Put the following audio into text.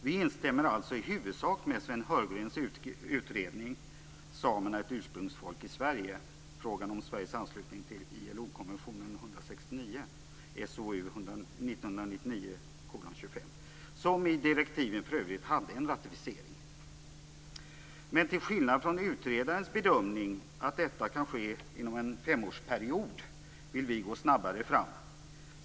Vi instämmer alltså i huvudsak med Sven Heurgrens utredning Samerna - ett ursprungsfolk i Sverige - Frågan om Sveriges anslutning till ILO:s konvention nr 169, SOU 1999:25, som i direktiven för övrigt hade en ratificering. Men till skillnad från utredarens bedömning att detta kan ske inom en femårsperiod vill vi gå snabbare fram.